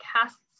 casts